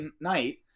night